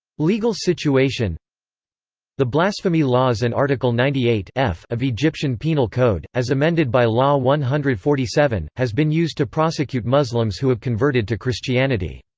legal situation the blasphemy laws and article ninety eight f of egyptian penal code, as amended by law one hundred and forty seven, has been used to prosecute muslims who have converted to christianity.